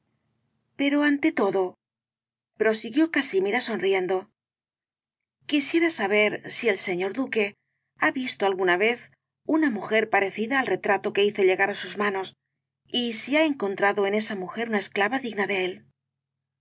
pero ante todo prosiguió casimira sonriendo quisiera saber si el señor duque ha visto alguna vez una mujer parecida al retrato que hice llegar á sus manos y si ha encontrado en esa mujer una esclava digna de él